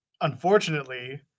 unfortunately